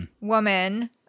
woman